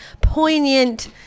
poignant